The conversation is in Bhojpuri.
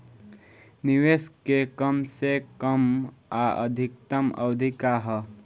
निवेश के कम से कम आ अधिकतम अवधि का है?